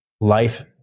life